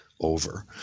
over